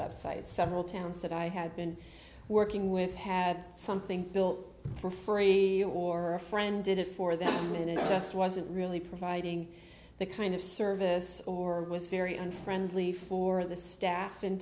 websites several towns that i had been working with had something built for free or a friend did it for them and it just wasn't really providing the kind of service or was very unfriendly for the staff in